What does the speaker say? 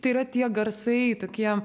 tai yra tie garsai tokie